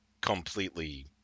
completely